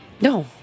No